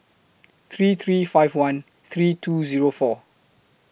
three three five one three two Zero four